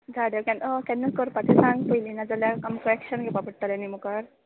झाडां केन्न केन्ना करपाचें सांग पयली नाजाल्यार आमका एक्शन घेवपा पडटलें न्हय मुकार